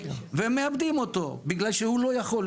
ומאבדים אותו בגלל שהוא לא יכול,